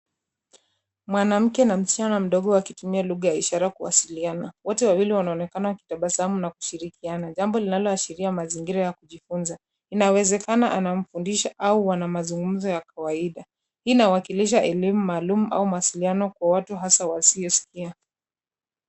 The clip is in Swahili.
Mwanamke na msichana mdogo wakitumia lugha ya ishara kuwasiliana, wote wawili wanaonekan kutabasamu na kushirikiana, jambo linaloashiria mazingira ya kujifunza, inawezekana anamfundisha au wana mazungumzo ya kawaida. Hii inawakilisha elimu maalum ama mawasiliano kwa watu hasa wasioskia.